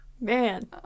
Man